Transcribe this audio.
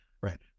Right